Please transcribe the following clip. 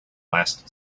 last